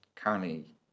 currently